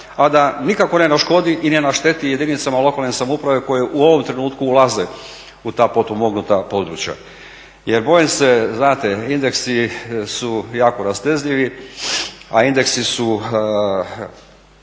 a da nikako ne naškodi i ne našteti jedinicama lokalne samouprave koje u ovom trenutku ulaze u ta potpomognuta područja. Jer bojim se znate indeksi su jako rastezljivi, a indeksi su